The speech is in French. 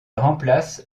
remplace